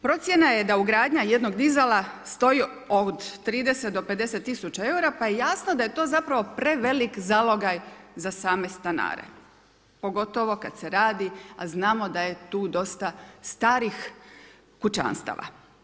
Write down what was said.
Procjena je da ugradnja jednog dizala stoji od 30 do 50 000 eura, pa je jasno da je to prevelik zalogaj za same stanare pogotovo kad se radi, a znamo da je tu dosta starih kućanstava.